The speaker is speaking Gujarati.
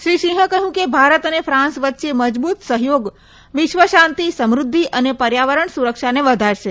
શ્રી સિંહે કહ્યું કે ભારત અને ફાન્સ વચ્ચે મજબૂત સહયોગ વિશ્વ શાંતિ સમૃદ્ધિ અને પર્યાવરણ સુરક્ષને વધારશે